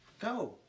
Go